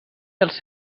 dels